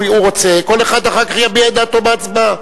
הוא רוצה, כל אחד אחר כך יביע דעתו בהצבעה.